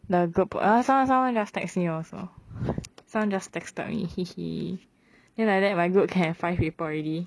the group err someone someone just text me also someone just texted me hehe then like that my group can have five people already